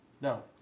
No